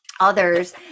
others